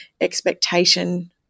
expectation